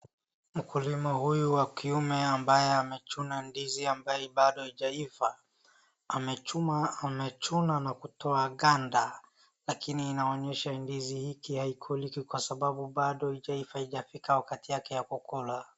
Mkulima huyu wa kiume ambaye amechuna ndizi ambaye bado haijaiva, amechuma amechuna na kutoa ganda, lakini inaonyesha ndizi hiki haikuliki kwa sababu bado haijaiva haijafika wakati yake ya kukula.